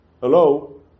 hello